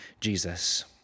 Jesus